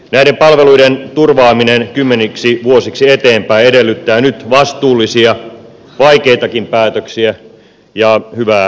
näiden palveluiden turvaaminen kymmeniksi vuosiksi eteenpäin edellyttää nyt vastuullisia vaikeitakin päätöksiä ja hyvää yhteistyötä